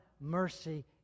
mercy